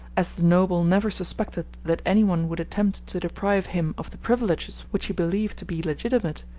as the noble never suspected that anyone would attempt to deprive him of the privileges which he believed to be legitimate,